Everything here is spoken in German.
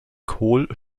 kohl